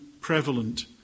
prevalent